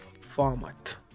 format